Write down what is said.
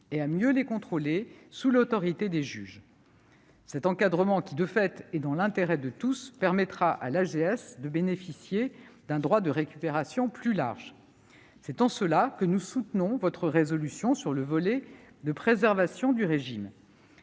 et à mieux les contrôler, sous l'autorité des juges. Cet encadrement, qui, de fait, est dans l'intérêt de tous, permettra à l'AGS de bénéficier d'un droit de récupération plus large. C'est pourquoi nous soutenons votre proposition de résolution sur le volet de la préservation du régime.